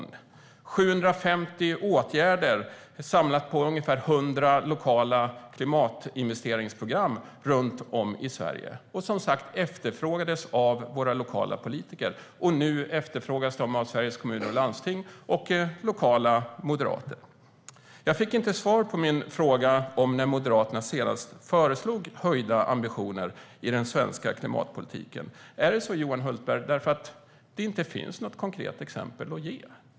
Det var 750 åtgärder samlade på ungefär 100 lokala klimatinvesteringsprogram runt om i Sverige. Och som sagt, de efterfrågades av våra lokala politiker. Nu efterfrågas de av Sveriges Kommuner och Landsting och av lokala moderater. Jag fick inte svar på min fråga när Moderaterna senast föreslog höjda ambitioner för den svenska klimatpolitiken. Beror det, Johan Hultberg, på att det inte finns något konkret exempel att ge?